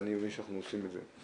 ואני מבין שאנחנו עושים את זה.